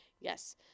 yes